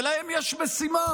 ולהם יש משימה: